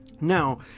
Now